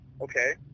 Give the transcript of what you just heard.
okay